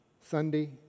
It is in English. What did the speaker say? Sunday